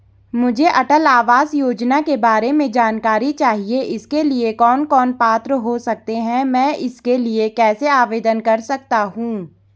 मुझे अटल आवास योजना के बारे में जानकारी चाहिए इसके लिए कौन कौन पात्र हो सकते हैं मैं इसके लिए कैसे आवेदन कर सकता हूँ?